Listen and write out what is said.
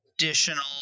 additional